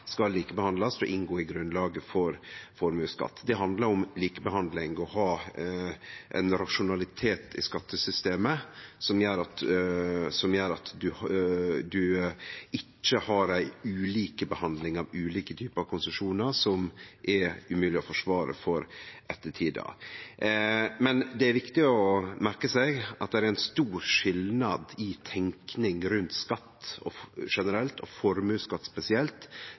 skal likebehandlast og inngå i grunnlaget for formuesskatt. Det handlar om likebehandling og å ha ein rasjonalitet i skattesystemet som gjer at ein ikkje har ei ulik behandling av ulike typar konsesjonar som er umogleg å forsvare for ettertida. Det er viktig å merke seg at det er ein stor skilnad i tenking rundt skatt generelt, og formuesskatt spesielt,